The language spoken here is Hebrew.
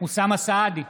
אוסאמה סעדי,